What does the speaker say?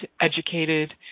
educated